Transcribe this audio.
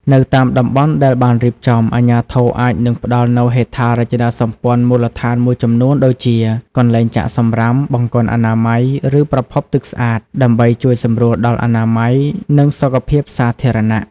នៅតាមតំបន់ដែលបានរៀបចំ អាជ្ញាធរអាចនឹងផ្តល់នូវហេដ្ឋារចនាសម្ព័ន្ធមូលដ្ឋានមួយចំនួនដូចជា កន្លែងចាក់សំរាម បង្គន់អនាម័យ ឬប្រភពទឹកស្អាត ដើម្បីជួយសម្រួលដល់អនាម័យ និងសុខភាពសាធារណៈ ។